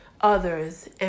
others